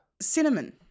Cinnamon